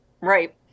Right